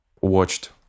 watched